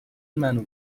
منو